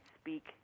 speak